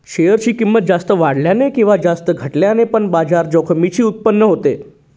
share ची किंमत जास्त वाढल्याने किंवा जास्त घटल्याने पण बाजार जोखमीची उत्पत्ती होते